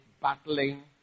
battling